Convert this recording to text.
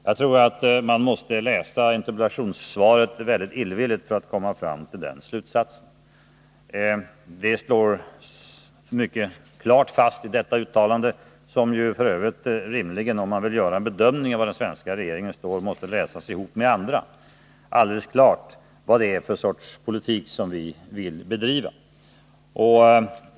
Jag tror att man måste läsa interpellationssvaret mycket illvilligt för att komma fram till den slutsatsen. Det slås klart fast i detta uttalande — som ju f. ö. rimligen, om man vill göra en bedömning av var den svenska regeringen står, måste läsas ihop med andra — vad det är för sorts politik som vi vill bedriva.